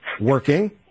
working